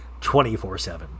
24-7